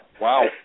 Wow